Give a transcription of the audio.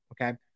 Okay